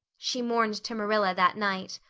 she mourned to marilla that night.